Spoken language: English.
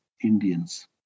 Indians